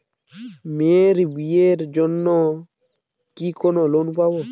মেয়ের বিয়ের জন্য কি কোন লোন পাব?